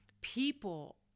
people